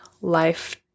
life